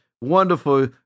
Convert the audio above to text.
wonderful